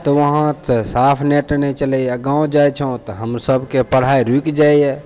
तऽ वहाँ तऽ साफ नेट नहि चलैए गाँव जाइ छौँ तऽ हमसभके पढाइ रुकि जाइए